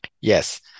Yes